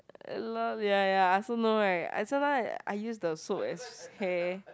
hello ya ya I also know right I sometimes I use the soap as hair